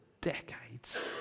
decades